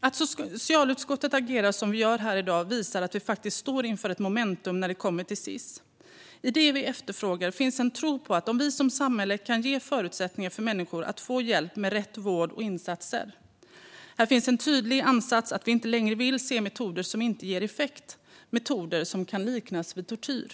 Att socialutskottet agerar som vi gör här i dag visar att vi faktiskt står inför ett momentum när det kommer till Sis. I det vi efterfrågar finns en tro på att vi som samhälle kan ge förutsättningar för människor att få hjälp med rätt vård och insatser. Här finns en tydlig ansats att vi inte längre vill se metoder som inte ger effekt - metoder som kan liknas vid tortyr.